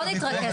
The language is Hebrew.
בוא תתרכז,